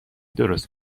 درست